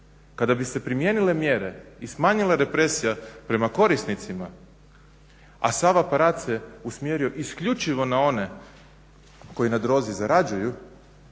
Kada bi se primijenile mjere i smanjila represija prema korisnicima, a sav aparat se usmjerio isključivo na one koji na drozi zarađuju